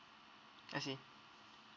I see